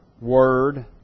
Word